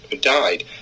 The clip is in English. died